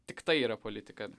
tiktai yra politika